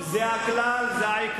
זה הכלל וזה העיקרון.